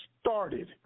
started